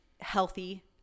healthy